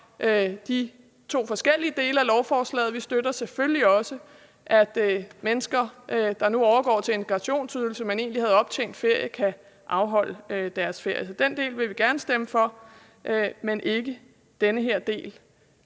de to forskellige dele af lovforslaget. Vi støtter selvfølgelig, at mennesker, der nu overgår til integrationsydelse, men egentlig havde optjent ferie, kan afholde deres ferie. Så den del vil vi gerne stemme for, men ikke den her del,